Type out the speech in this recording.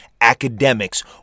academics